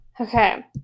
okay